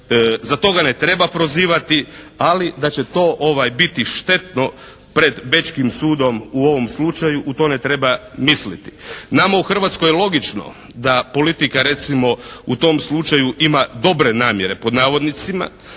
Za to ga ne treba prozivati ali da će to biti štetno pred bečkim sudom u ovom slučaju u to ne treba misliti. Nama u Hrvatskoj je logično da politika recimo u tom slučaju ima "dobre namjere" a njima